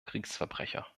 kriegsverbrecher